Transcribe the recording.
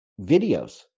videos